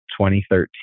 2013